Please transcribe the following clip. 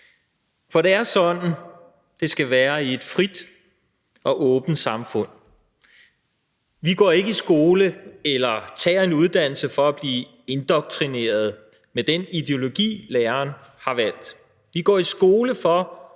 For det er sådan, det skal være i et frit og åbent samfund. Vi går ikke i skole eller tager en uddannelse for at blive indoktrineret med den ideologi, læreren har valgt. Vi går i skole for at